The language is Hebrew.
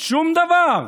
שום דבר.